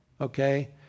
Okay